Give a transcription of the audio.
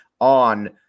on